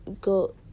go